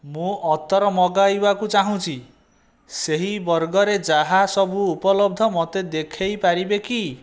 ମୁଁ ଅତର ମଗାଇବାକୁ ଚାହୁଁଛି ସେହି ବର୍ଗରେ ଯାହା ସବୁ ଉପଲବ୍ଧ ମୋତେ ଦେଖେଇ ପାରିବେ କି